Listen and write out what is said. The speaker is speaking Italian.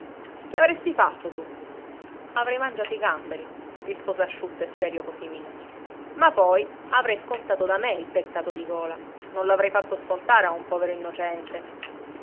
che avresti fatto tu avrei mangiato i gamberi rispose asciutto e serio cosimino ma poi avrei scontato da me il peccato di gola non lo avrei fatto scontare a un povero innocente